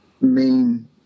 main